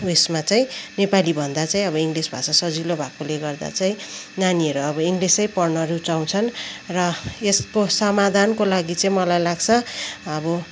उएसमा चाहिँ नेपालीभन्दा चाहिँ अब इङ्ग्लिस भाषा सजिलो भएकोले गर्दा चाहिँ नानीहरू अब इङ्ग्लिसै पढ्न रुचाउँछन् र यसको समाधानको लागि चाहिँ मलाई लाग्छ अब